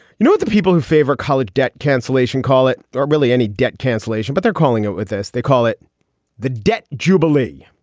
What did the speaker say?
you know, the people who favor college debt cancellation call it not really any debt cancellation, but they're calling it with us. they call it the debt jubilee.